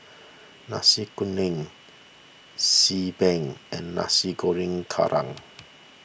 Nasi Kuning Xi Ban and Nasi Goreng Kerang